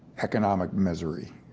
economic misery.